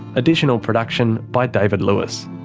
additional production by david lewis.